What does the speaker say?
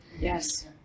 yes